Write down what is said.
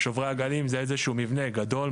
שוברי הגלים זה איזשהו מבנה גדול,